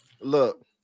Look